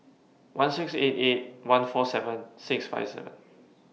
one six eight eight one four seven six five seven